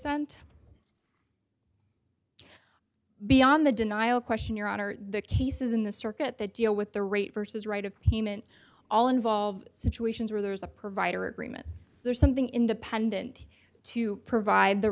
sent beyond the denial question your honor the cases in the circuit that deal with the rate vs right of payment all involve situations where there is a provider agreement there's something independent to provide the